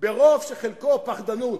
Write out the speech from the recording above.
ברוב שחלקו פחדנות,